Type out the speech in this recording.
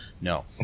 No